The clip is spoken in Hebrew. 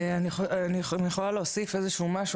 אני יכולה להוסיף איזה שהוא משהו,